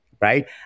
right